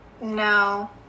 no